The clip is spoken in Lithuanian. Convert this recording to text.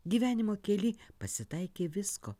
gyvenimo kely pasitaikė visko